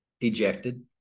ejected